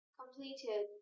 completed